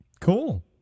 Cool